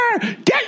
get